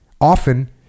often